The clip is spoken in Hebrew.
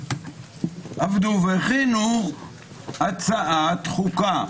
שעבדו והכינו הצעת חוקה.